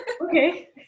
Okay